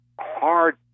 hard